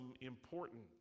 important